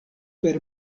per